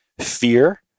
fear